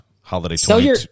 Holiday